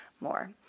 more